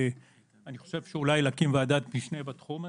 אני חושב אולי להקים ועדת משנה בתחום הזה.